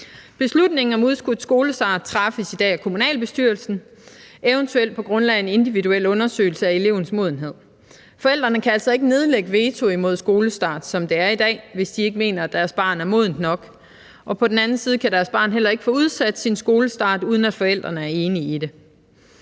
Beslutningen om udskudt skolestart træffes i dag af kommunalbestyrelsen, evt. på grundlag af en individuel undersøgelse af elevens modenhed. Forældre kan altså ikke nedlægge veto imod skolestart, som det er i dag, hvis ikke de mener, at deres barn er modent nok, og på den anden side kan deres barn heller ikke få udsat sin skolestart, uden forældrene er enige i det.